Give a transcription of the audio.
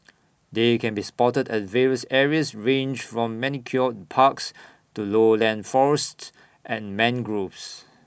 they can be spotted at various areas ranged from manicured parks to lowland forests and mangroves